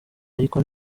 ariko